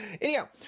Anyhow